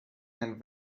and